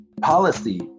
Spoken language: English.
Policy